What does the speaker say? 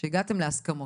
שהגעתם להסכמות.